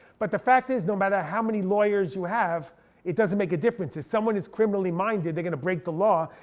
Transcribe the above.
but the fact is, no matter how many lawyers you have it doesn't make a difference. if someone is criminally minded they're gonna break the law.